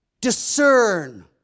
Discern